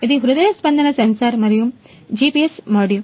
ఇది హృదయ స్పందన సెన్సార్ మరియు ఇది GPS మాడ్యూల్